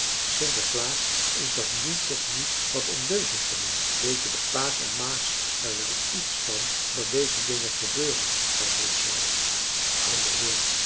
sinterklaas is dat nu toch niet wat ondeugend van u weten de pa's en ma's er wel iets van dat deze dingen gebeuren gij meesmuilt oude heer